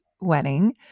wedding